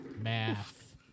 Math